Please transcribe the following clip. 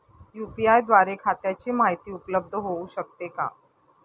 UPI द्वारे खात्याची माहिती उपलब्ध होऊ शकते का?